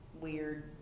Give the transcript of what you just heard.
weird